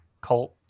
cult